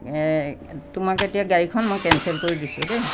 তোমাক এতিয়া গাড়ীখন মই কেনচেল কৰি দিছোঁ দেই